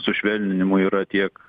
sušvelninimui yra tiek